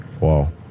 Wow